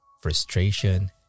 frustration